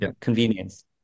convenience